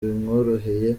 bimworoheye